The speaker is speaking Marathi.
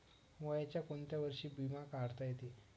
वयाच्या कोंत्या वर्षी बिमा काढता येते?